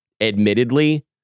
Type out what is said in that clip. Admittedly